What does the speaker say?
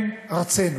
הם ארצנו.